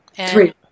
Three